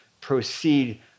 proceed